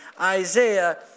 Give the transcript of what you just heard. Isaiah